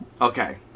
Okay